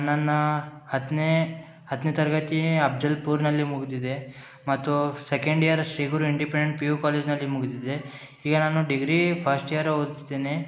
ನನ್ನ ಹತ್ತನೇ ಹತ್ತನೇ ತರಗತಿ ಅಪ್ಜಲ್ಪುರ್ನಲ್ಲಿ ಮುಗ್ದಿದೆ ಮತ್ತು second year Shriguru independent P U ಕಾಲೇಜಿನಲ್ಲಿ ಮುಗಿದಿದೆ ಈಗ ನಾನು ಡಿಗ್ರಿ ಫಸ್ಟ್ ಇಯರ್ ಓದುತ್ತಿದ್ದೇನೆ